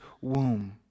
womb